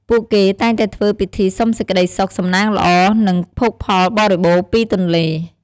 ពួកគេតែងតែធ្វើពិធីសុំសេចក្ដីសុខ សំណាងល្អ និងភោគផលបរិបូរណ៍ពីទន្លេ។